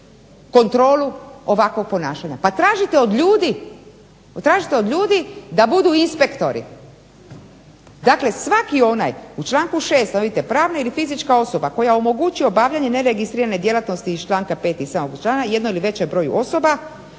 kontrolu ovakvog ponašanja, pa tražite od ljudi da budu inspektori. Dakle, svaki onaj u članku 6. vidite: "Pravna ili fizička osoba koja omogući obavljanje neregistrirane djelatnosti iz članka 5. jednoj ili većem broju osoba